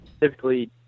typically